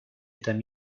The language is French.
madame